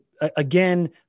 again